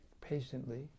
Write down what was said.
patiently